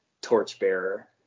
torchbearer